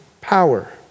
power